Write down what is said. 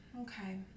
Okay